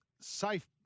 safe